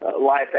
life